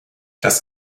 das